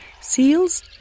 seals